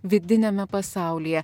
vidiniame pasaulyje